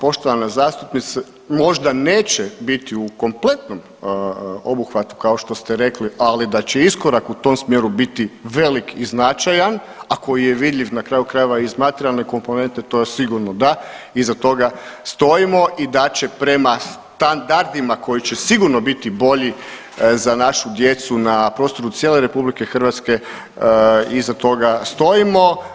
Poštovana zastupnice možda neće biti u kompletnom obuhvatu kao što ste rekli, ali da će iskorak u tom smjeru biti velik i značajan, a koji je vidljiv na kraju krajeva iz materijalne komponente to sigurno da iza toga stojimo i da će prema standardima koji će sigurno biti bolji za našu djecu na prostoru cijele Republike Hrvatske iza toga stojimo.